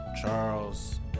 Charles